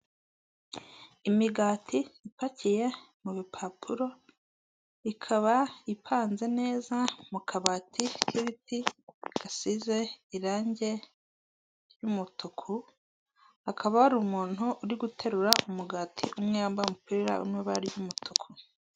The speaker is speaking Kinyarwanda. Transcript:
Imigati ipakiye mu bipapuro ikaba ipanze neza mu kabati k'ibiti gasize irangi ry'umutuku akaba hari umuntu uri guterura umugati umwe yambaye umupira uri mu ibara ry'umutuku.